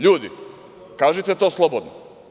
Ljudi, kažite to slobodno.